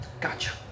Gotcha